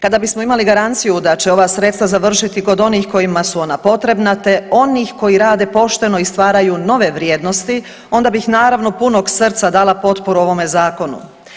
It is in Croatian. Kada bismo imali garanciju da će ova sredstva završiti kod onih kojima su ona potrebna te onih koji rade pošteno i stvaraju nove vrijednosti, onda bih naravno, punog srca dala potporu ovome Zakonu.